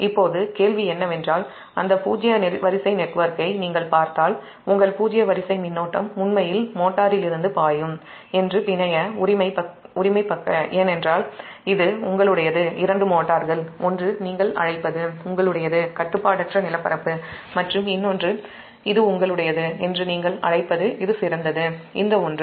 இப்போது கேள்வி என்னவென்றால் அந்த பூஜ்ஜிய வரிசை நெட்வொர்க்கை நீங்கள் பார்த்தால் உங்கள் பூஜ்ஜிய வரிசை மின்னோட்டம் உண்மையில் மோட்டரிலிருந்து பிணைய உரிமை பக்கம் பாயும் என்று ஏனென்றால் இது உங்களுடையது இரண்டு மோட்டார்கள் ஒன்று நீங்கள் அழைப்பது உங்களுடையது கட்டுப்பாடற்ற க்ரவுன்ட் மற்றும் இன்னொன்று இது உங்களுடையது என்று நீங்கள் அழைப்பது இது சிறந்தது இந்த ஒன்று